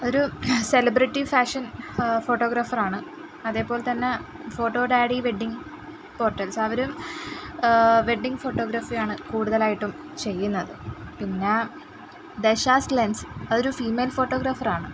ഒരു celebrity fashion photographer ആണ് അതേപോലെ തന്നെ ഫോട്ടോ ഡാഡി വെഡ്ഡിങ്ങ് പോർട്ടൽസ് അവരും വെഡ്ഡിങ്ങ് ഫോട്ടോഗ്രാഫി ആണ് കൂടുതലായിട്ടും ചെയ്യുന്നത് പിന്ന ദേശാസ് ലെൻസ് അതൊരു ഫീമെയിൽ ഫോട്ടോഗ്രാഫർ ആണ്